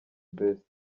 best